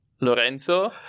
Lorenzo